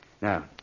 Now